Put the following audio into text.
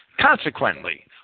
Consequently